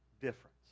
difference